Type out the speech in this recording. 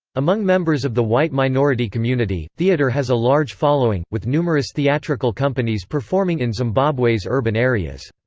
among members of the white minority community, theatre has a large following, with numerous theatrical companies performing in zimbabwe's urban areas.